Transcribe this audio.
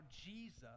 Jesus